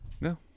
No